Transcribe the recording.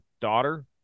daughter